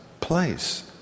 place